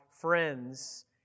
friends